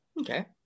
okay